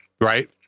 right